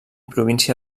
província